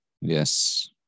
Yes